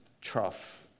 trough